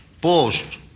post